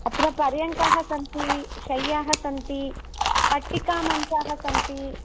अत्र पर्यङ्काः सन्ति शय्याः सन्ति पट्टिकामञ्चाः सन्ति